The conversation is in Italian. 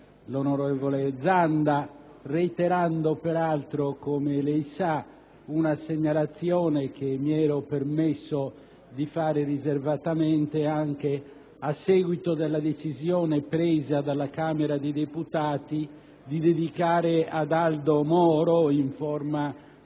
Zanda, reiterando peraltro - come sa - una segnalazione che mi ero permesso di fare riservatamente, anche a seguito della decisione presa dalla Camera dei deputati di dedicare ad Aldo Moro, in forma solenne,